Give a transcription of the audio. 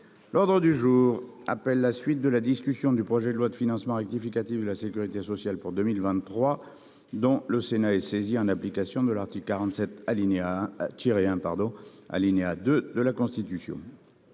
L'ordre du jour appelle la suite de la discussion du projet de loi de financement rectificative de la sécurité sociale pour 2023, dont le Sénat est saisi en application de l'article 47-1, alinéa 2, de la Constitution